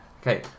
Okay